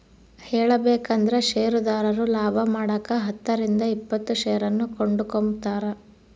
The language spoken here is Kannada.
ಹೇಳಬೇಕಂದ್ರ ಷೇರುದಾರರು ಲಾಭಮಾಡಕ ಹತ್ತರಿಂದ ಇಪ್ಪತ್ತು ಷೇರನ್ನು ಕೊಂಡುಕೊಂಬ್ತಾರ